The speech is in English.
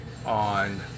on